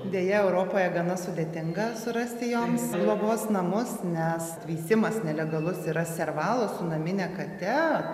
deja europoje gana sudėtinga surasti joms globos namus nes veisimas nelegalus yra servalo su namine kate